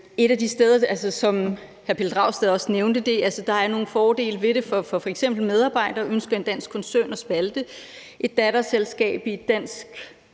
En af de ting, som hr. Pelle Dragsted også nævnte, er, at der er nogle fordele ved det for f.eks. medarbejdere. Ønsker en dansk koncern f.eks. at spalte et datterselskab i dansk